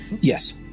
Yes